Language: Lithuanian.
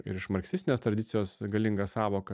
ir iš marksistinės tradicijos galinga sąvoka